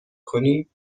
کنیم